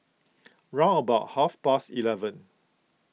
round about half past eleven